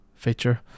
feature